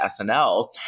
SNL